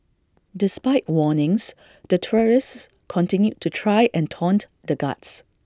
despite warnings the tourists continued to try and taunt the guards